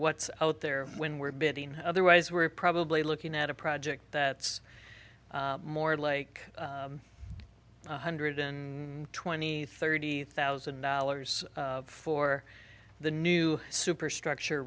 what's out there when we're bidding otherwise we're probably looking at a project that's more like one hundred and twenty thirty thousand dollars for the new superstructure